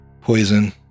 poison